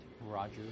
Roger